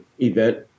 event